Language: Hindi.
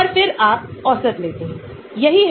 जब हमारे पास OH प्रकार का समूह है